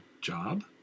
job